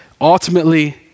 Ultimately